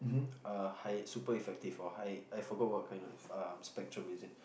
uh high super effective or high I forgot what kind of um spectrum is it